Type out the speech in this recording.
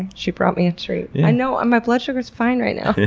and she brought me a treat. yeah. no, my blood sugar's fine right now. yeah